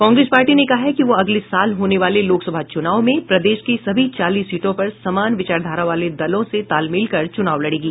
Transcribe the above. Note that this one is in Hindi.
कांग्रेस पार्टी ने कहा है कि वह अगले साल होने वाले लोकसभा चूनाव में प्रदेश की सभी चालीस सीटों पर समान विचारधारा वाले दलों से तालमेल कर चूनाव लड़ेगी